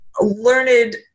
learned